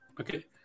Okay